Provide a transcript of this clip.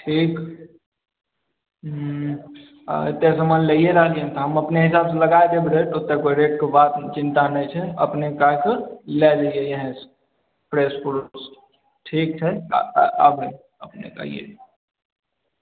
ठीक हूँ अतेक समान लैए रहलियै हन तऽ हम अपने हिसाब से लगाए देब रेट ओतेक कोइ रेटके बात चिन्ता नै छै अपने लै एलियै हँ फ्रेश फ्रुट ठीक छै आबू अपने अइयै